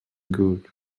good